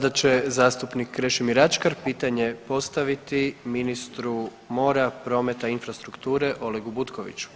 Sada će zastupnik Krešimir Ačkar pitanje postaviti ministru mora, prometa i infrastrukture Olegu Butkoviću.